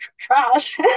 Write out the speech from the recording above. trash